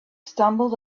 stumbled